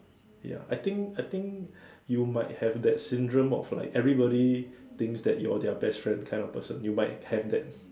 ya I think I think you might have that syndrome of like everybody thinks that you're their best friend kind of person you might have that